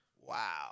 Wow